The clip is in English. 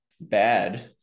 bad